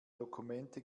dokumente